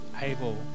able